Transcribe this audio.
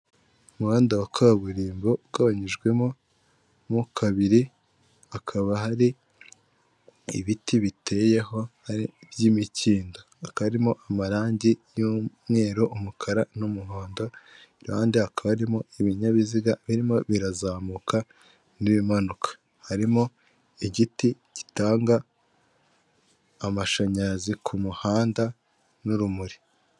Umuhanda wa kaburimbo ugabanyijwemo mo kabiri hakaba hari ibiti biteyeho by'imikindo akarimo amarangi y'mweru, umukara n'umuhondo iruhande hakaba harimo ibinyabiziga birimo birazamuka n'ibimanuka harimo igiti gitanga amashanyarazi ku muhanda n'urumuri.